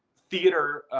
theater,